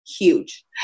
huge